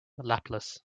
laplace